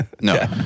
No